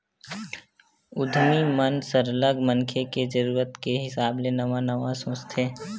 उद्यमी मन सरलग मनखे के जरूरत के हिसाब ले नवा नवा सोचथे